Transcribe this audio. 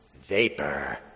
Vapor